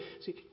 see